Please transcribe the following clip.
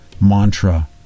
mantra